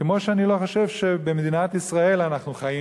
כמו שאני לא חושב שבמדינת ישראל אנחנו חיים